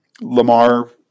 Lamar